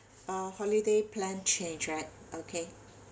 uh holiday plan change right okay